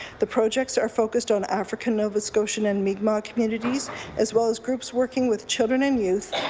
the projects are focused on african nova scotian and mi'kmaq communities as well as groups working with children and youth,